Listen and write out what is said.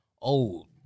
old